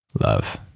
Love